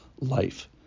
life